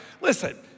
Listen